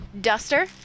Duster